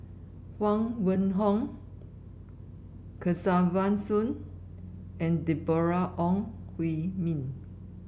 Huang Wenhong Kesavan Soon and Deborah Ong Hui Min